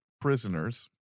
prisoners